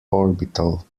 orbital